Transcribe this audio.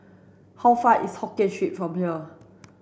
how far is Hokkien Street from here